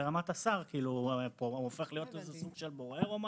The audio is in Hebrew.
הוא הופך להיות סוג של בורר או משהו?